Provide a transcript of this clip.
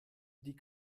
die